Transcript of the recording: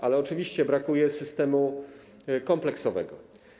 Ale oczywiście brakuje systemu kompleksowego.